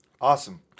Awesome